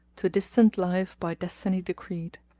to distant life by destiny decreed,